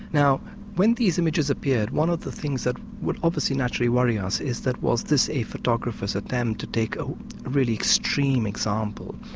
now when these images appeared one of the things that would obviously naturally worry us is that was this a photographer's attempt to take ah an extreme example?